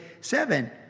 seven